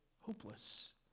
hopeless